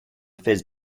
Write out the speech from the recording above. fizz